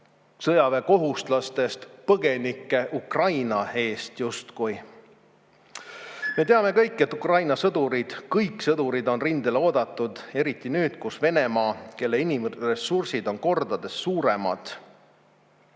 sõjaväekohuslastest põgenikke justkui Ukraina eest. Me teame, et Ukraina sõdurid, kõik sõdurid on rindele oodatud, eriti nüüd, kui Venemaa, kelle inimressurss on kordades suurem,